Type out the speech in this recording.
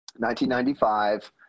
1995